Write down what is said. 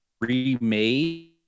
remade